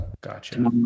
Gotcha